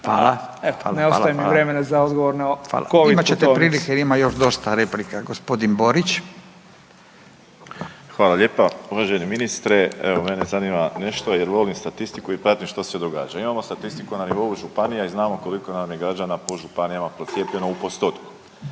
**Radin, Furio (Nezavisni)** Imat ćete prilike jer ima još dosta replika. Gospodin Borić. **Borić, Josip (HDZ)** Hvala lijepa. Uvaženi ministre, evo mene zanima nešto jer volim statistiku i pratim što se događa. Imamo statistiku na nivou županija i znamo koliko nam je građana po županijama procijepljeno u postotku.